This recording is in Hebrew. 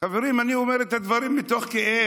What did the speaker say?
חברים, אני אומר את הדברים מתוך כאב,